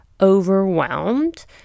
overwhelmed